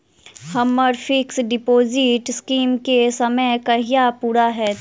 हम्मर fix deposit scheme केँ समय कहिया पूरा हैत?